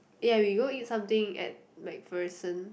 ya we go eat something at MacPherson